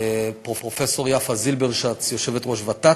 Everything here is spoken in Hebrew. פרופסור יפה זילברשץ, יושבת-ראש ות"ת,